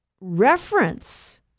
reference